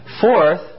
Fourth